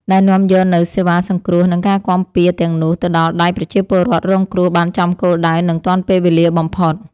ដែលនាំយកនូវសេវាសង្គ្រោះ និងការគាំពារទាំងនោះទៅដល់ដៃប្រជាពលរដ្ឋរងគ្រោះបានចំគោលដៅ និងទាន់ពេលវេលាបំផុត។